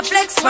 Flex